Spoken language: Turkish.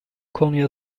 konuya